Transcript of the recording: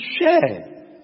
Share